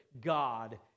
God